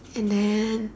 and then